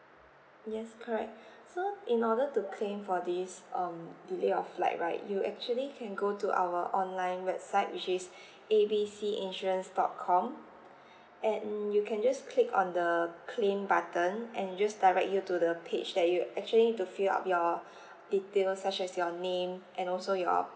yes correct so in order to claim for this um delay of flight right you actually can go to our online website which is A B C insurance dot com and you can just click on the claim button and it just direct you to the page that you actually to fill up your details such as your name and also your